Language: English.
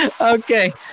Okay